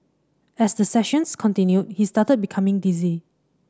as the sessions continued he started becoming dizzy